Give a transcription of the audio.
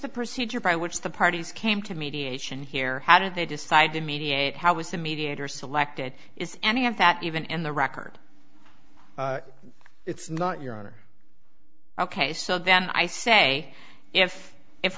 the procedure by which the parties came to mediation here how did they decide to mediate how was the mediator selected is any of that even in the record it's not your honor ok so then i say if if